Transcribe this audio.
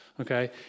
okay